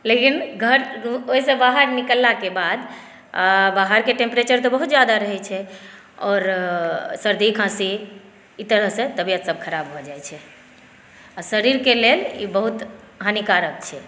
लेकिन घर ओहिसॅं बाहर निकललाक बाद अँ बाहरके टेम्प्रेचर तऽ बहुत ज़्यादा रहै छै आओर सर्दी खाँसी ई तरहसॅं तबियतसभ ख़राब भए जाइ छै आ शरीरके लेल ई बहुत हानिकारक छै